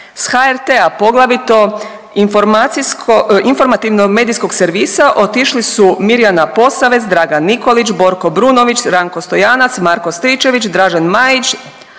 S HRT-a poglavito informacijsko, informativno medijskog servisa otišli su Mirjana Posavec, Dragan Nikolić, Borko Brunović, Ranko Stojanac, Marko Stričević, Dražen Majić,